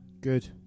Good